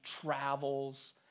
travels